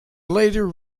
later